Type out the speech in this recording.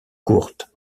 courtes